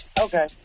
Okay